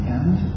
end